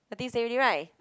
nothing to say already right